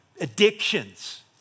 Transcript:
addictions